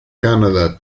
canada